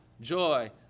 joy